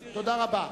מסירים, תודה רבה.